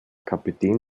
kapitän